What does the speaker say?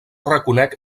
reconec